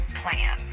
plan